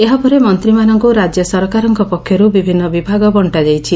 ଏହାପରେ ମନ୍ତୀମାନଙ୍କୁ ରାଜ୍ୟ ସରକାରଙ୍କ ପକ୍ଷରୁ ବିଭିନ୍ନ ବିଭାଗ ବଙ୍ଙା ଯାଇଛି